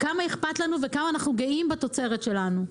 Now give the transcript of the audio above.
כמה אכפת לנו וכמה אנחנו גאים בתוצרת שלנו,